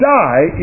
die